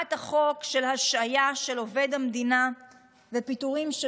הצעת החוק של השעיה של עובד המדינה ופיטורים של